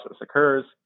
occurs